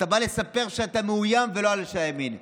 אתה בא לספר שאתה מאוים על ידי אנשי ימין,